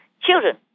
children